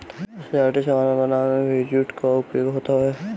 सजावटी सामान बनावे में भी जूट कअ उपयोग होत हवे